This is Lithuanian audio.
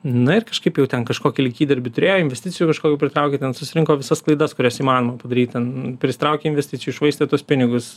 na ir kažkaip jau ten kažkokį lyg įdirbį turėjo investicijų kažkokių prikraukė ten susirinko visas klaidas kurias įmanoma padaryt ten prisitraukė investicijų iššvaistė tuos pinigus